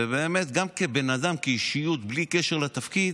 באמת, גם כבן אדם, כאישיות, בלי קשר לתפקיד,